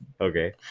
Okay